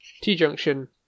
T-junction